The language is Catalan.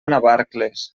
navarcles